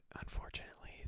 unfortunately